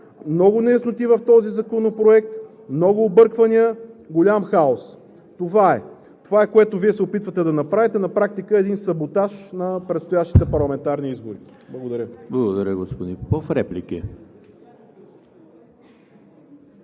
Много неясноти има в този законопроект, много обърквания, голям хаос. Това е. Това е, което Вие се опитвате да направите. На практика е един саботаж на предстоящите парламентарни избори. Благодаря Ви. ПРЕДСЕДАТЕЛ